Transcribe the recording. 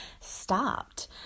stopped